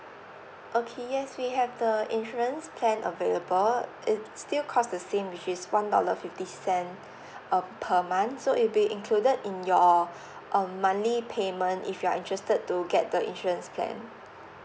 okay yes we have the insurance plan available it still cost the same which is one dollar fifty cent uh per month so it will be included in your um monthly payment if you are interested to get the insurance plan